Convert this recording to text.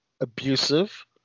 abusive